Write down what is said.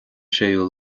séú